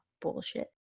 bullshit